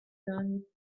done